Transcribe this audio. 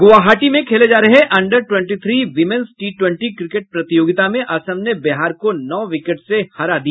गुवाहाटी में खेले जा रहे under twenty three women's T twenty cricket प्रतियोगिता में असम ने बिहार को नौ विकेट से हरा दिया